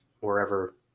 wherever